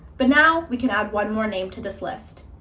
but now we can add one more name to this list,